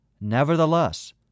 nevertheless